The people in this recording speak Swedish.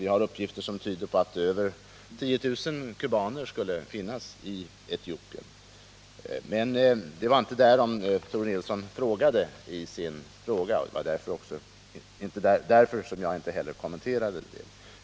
Vi har uppgifter som tyder på att över 10 000 kubaner skall finnas i Etiopien. Det var inte om detta Tore Nilsson frågade i sin interpellation, och det var därför jag inte heller kommenterade det.